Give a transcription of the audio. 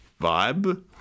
vibe